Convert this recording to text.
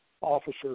officer